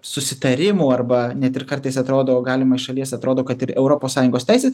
susitarimų arba net ir kartais atrodo galima iš šalies atrodo kad ir europos sąjungos teisės